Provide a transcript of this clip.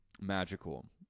magical